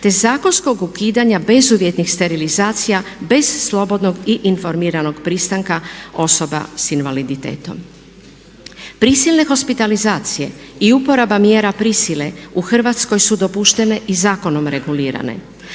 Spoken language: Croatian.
te zakonskog ukidanja bezuvjetnih sterilizacija bez slobodnog i informiranog pristanka osoba s invaliditetom. Prisilne hospitalizacije i uporaba mjera prisile u Hrvatskoj su dopuštene i zakonom regulirane.